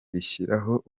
rishyiraho